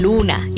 Luna